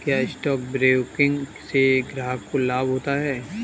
क्या stock broking से ग्राहक को लाभ होता है?